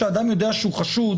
שבה אדם יודע שהוא חשוד,